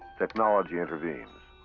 technology intervenes.